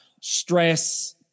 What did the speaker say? stress